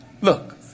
Look